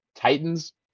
Titans